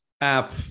app